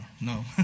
No